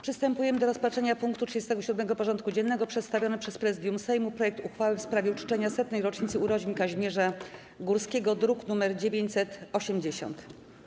Przystępujemy do rozpatrzenia punktu 37. porządku dziennego: Przedstawiony przez Prezydium Sejmu projekt uchwały w sprawie uczczenia 100. rocznicy urodzin Kazimierza Górskiego (druk nr 980)